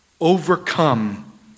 overcome